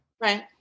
Right